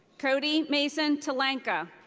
cody mason talanca.